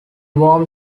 worm